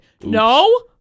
No